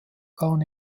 waren